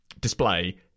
display